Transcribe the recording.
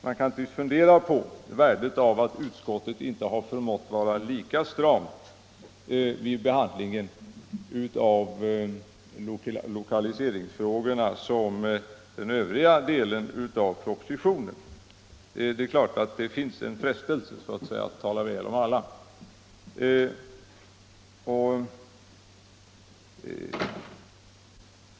Man kan naturligtvis fundera på betydelsen av att utskottet inte har förmått vara lika stramt vid behandlingen av lokaliseringsfrågorna som vid behandlingen av övriga delar av propositionen. Det finns en frestelse att så att säga tala väl om alla.